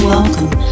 Welcome